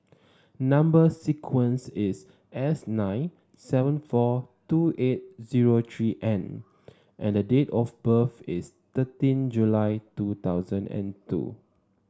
number sequence is S nine seven four two eight zero three N and date of birth is thirteen July two thousand and two